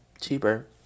Cheaper